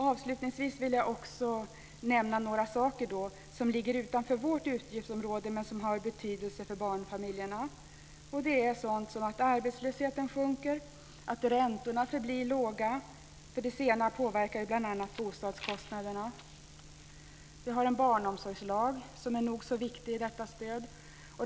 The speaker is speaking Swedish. Avslutningsvis vill jag också nämna några saker som ligger utanför vårt utgiftsområde men som har betydelse för barnfamiljerna. Det är sådant som att arbetslösheten sjunker och att räntorna förblir låga; det senare påverkar bl.a. bostadskostnaderna. Vi har en barnomsorgslag som är nog så viktig i detta stöd.